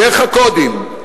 דרך הקודים,